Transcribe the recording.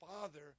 father